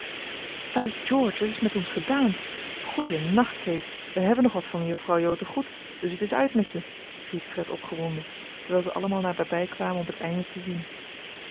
bij george het is met ons gedaan goeien nacht kate we hebben nog wat van juffrouw jo te goed dus het is uit met je riep fred opgewonden terwijl ze allemaal naderbij kwamen om het einde te zien